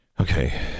Okay